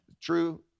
true